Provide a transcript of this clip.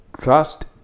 trust